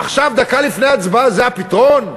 עכשיו, דקה לפני ההצבעה, זה הפתרון?